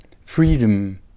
Freedom